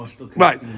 right